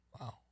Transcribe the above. Wow